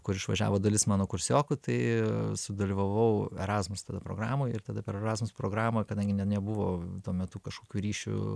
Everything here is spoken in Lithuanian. kur išvažiavo dalis mano kursiokų tai sudalyvavau erasmus programoj ir tada per erasmus programą kadangi nebuvo tuo metu kažkokių ryšių